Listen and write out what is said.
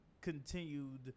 continued